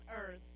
earth